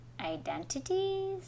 identities